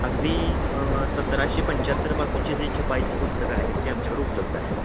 अगदी सत्तराशे पंच्याहत्तरपासूनचे जे छपाईची पुस्तकं आहेत ते आमच्याकडे उपलब्ध आहेत